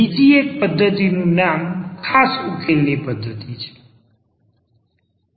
બીજી એક પધ્ધતિનું નામ ખાસ ઉકેલની પધ્ધતી છે